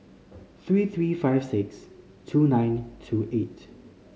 three three five six two nine two eight